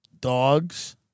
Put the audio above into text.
dogs